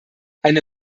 eine